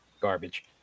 Garbage